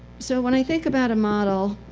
so when i think about a model,